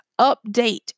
update